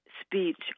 speech